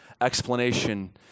explanation